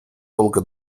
долго